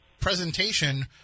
presentation